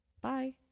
Bye